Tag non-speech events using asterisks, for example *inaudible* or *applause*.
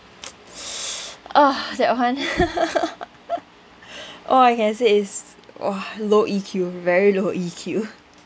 *noise* ugh that [one] *laughs* all I can say is !wah! low E_Q very low E_Q